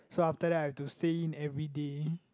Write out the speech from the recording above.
so after that I have to stay in everyday